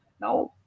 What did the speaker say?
Now